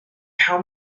how